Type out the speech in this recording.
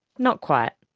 not quite.